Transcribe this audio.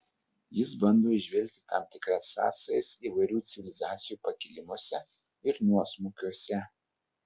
jis bando įžvelgti tam tikras sąsajas įvairių civilizacijų pakilimuose ir nuosmukiuose